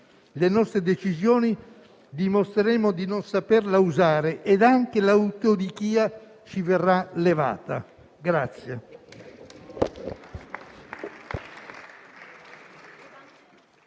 le nostre decisioni, dimostreremo di non saperla usare e anche l'autodichia ci verrà levata.